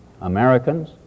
Americans